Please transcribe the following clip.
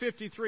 53